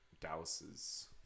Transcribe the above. Dallas's